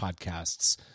podcasts